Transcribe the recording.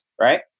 right